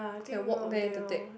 okay walk there to take